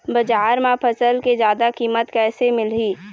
बजार म फसल के जादा कीमत कैसे मिलही?